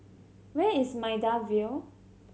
where is Maida Vale